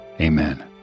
Amen